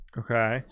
okay